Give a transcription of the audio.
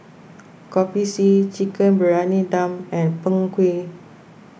Kopi C Chicken Briyani Dum and Png Kueh